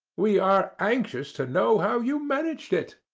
we are anxious to know how you managed it.